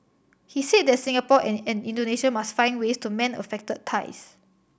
he said that Singapore and Indonesia must find ways to mend affected ties